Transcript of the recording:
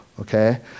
Okay